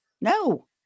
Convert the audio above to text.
No